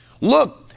Look